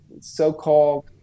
so-called